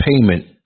payment